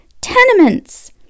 Tenements